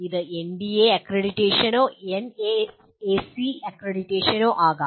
ഇത് എൻബിഎ അക്രഡിറ്റേഷനോ എൻഎഎസി അക്രഡിറ്റേഷനോ ആകാം